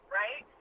right